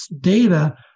data